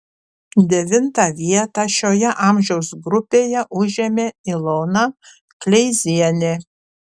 devintą vietą šioje amžiaus grupėje užėmė ilona kleizienė